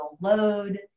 load